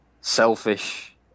selfish